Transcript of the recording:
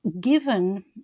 given